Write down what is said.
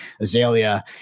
Azalea